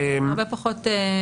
הרבה פחות.